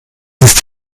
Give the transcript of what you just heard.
ist